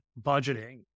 budgeting